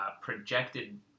projected